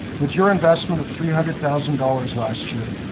with your investment of three hundred thousand dollars last year,